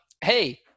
Hey